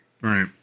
Right